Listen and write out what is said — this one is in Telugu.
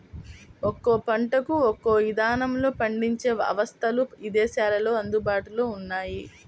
ఒక్కో పంటకు ఒక్కో ఇదానంలో పండించే అవస్థలు ఇదేశాల్లో అందుబాటులో ఉన్నయ్యి